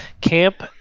Camp